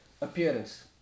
appearance